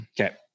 Okay